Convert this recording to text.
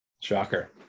Shocker